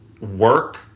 work